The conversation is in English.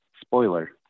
Spoiler